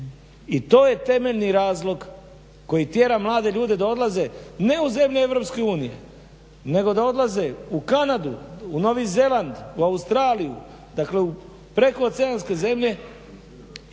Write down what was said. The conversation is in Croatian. I to je temeljni razlog koji tjera mlade ljude da odlaze ne u zemlje EU nego da odlaze u Kanadu u Novi Zeland u Australiju dakle u prekooceanske zemlje